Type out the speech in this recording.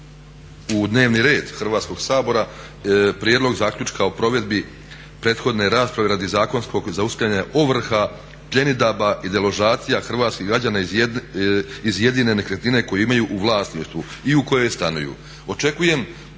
u dnevni red Hrvatskog sabora Prijedlog zaključka o provedbi prethodne rasprave radi zakonskog zaustavljanja ovrha, pljenidaba i deložacija hrvatskih građana iz jedine nekretnine koju imaju u vlasništvu i u kojoj stanuju.